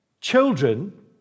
Children